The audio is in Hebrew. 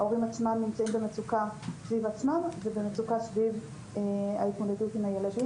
ההורים עצמם נמצאים במצוקה סביב עצמם ובמצוקה סביב ההתמודדות עם הילדים